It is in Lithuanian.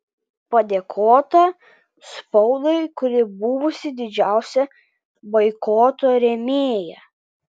padėkota spaudai kuri buvusi didžiausia boikoto rėmėja